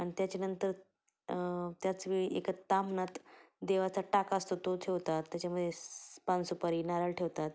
आणि त्याच्यानंतर त्याच वेळी एका ताम्हणात देवाचा टाका असतो तो ठेवतात त्याच्यामध्ये पानसुपारी नारळ ठेवतात